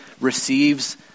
receives